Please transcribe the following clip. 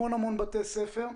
המון בתי ספר.